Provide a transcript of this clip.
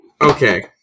Okay